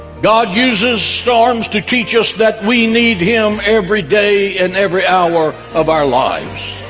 god uses storms to teach us that we need him every day in every hour of our lives